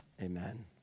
Amen